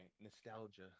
nostalgia